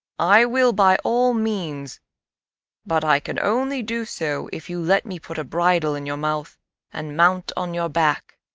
i will by all means but i can only do so if you let me put a bridle in your mouth and mount on your back.